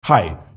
Hi